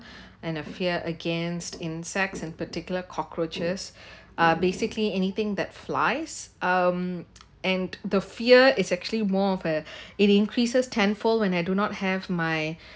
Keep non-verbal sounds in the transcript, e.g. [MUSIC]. and a fear against insects in particular cockroaches uh basically anything that flies um [NOISE] and the fear is actually more of a it increases tenfold when I do not have my